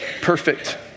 perfect